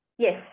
Yes